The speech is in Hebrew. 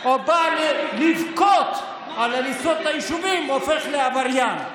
או בא לבכות על הריסות היישובים הופך לעבריין.